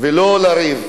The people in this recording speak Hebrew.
ולא לריב.